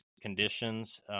conditions